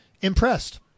impressed